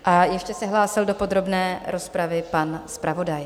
A ještě se hlásil do podrobné rozpravy pan zpravodaj.